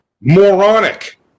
moronic